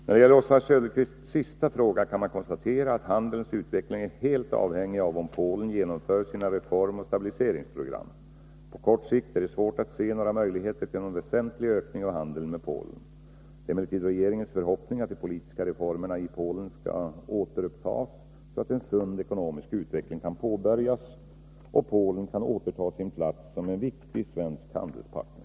När det gäller Oswald Söderqvists sista fråga kan man konstatera att handelns utveckling är helt avhängig av om Polen genomför sina reformoch stabiliseringsprogram. På kort sikt är det svårt att se några möjligheter till någon väsentlig ökning av handeln med Polen. Det är emellertid regeringens förhoppning att det politiska reformarbetet i Polen skall återupptas, så att en sund ekonomisk utveckling kan påbörjas och Polen kan återta sin plats som en viktig svensk handelspartner.